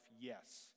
Yes